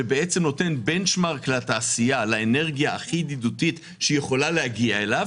שנותן בנצ'מרק לתעשייה לאנרגיה הכי ידידותית שהיא יכולה להגיע אליה,